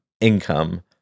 income